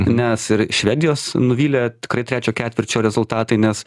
nes ir švedijos nuvylė tikrai trečio ketvirčio rezultatai nes